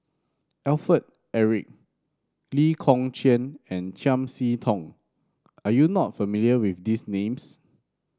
Alfred Eric Lee Kong Chian and Chiam See Tong are you not familiar with these names